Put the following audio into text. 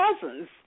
cousins